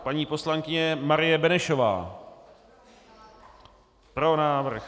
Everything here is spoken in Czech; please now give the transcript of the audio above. Paní poslankyně Marie Benešová: Pro návrh.